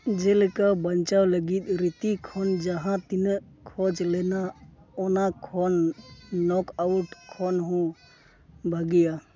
ᱡᱮᱞᱮᱠᱟ ᱵᱟᱧᱪᱟᱣ ᱞᱟᱹᱜᱤᱫ ᱨᱤᱛᱤ ᱠᱷᱚᱱ ᱡᱟᱦᱟᱸ ᱛᱤᱱᱟᱹᱜ ᱠᱷᱚᱡᱽ ᱞᱮᱱᱟ ᱚᱱᱟ ᱠᱷᱚᱱ ᱱᱚᱠ ᱟᱣᱩᱴ ᱠᱷᱚᱱᱦᱚᱸ ᱵᱷᱟᱜᱮᱭᱟ